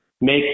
make